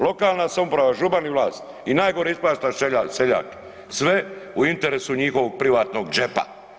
Lokalna samouprava, župan i vlast i najgore ispada što je seljak, sve u interesu njihovog privatnog džepa.